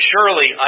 Surely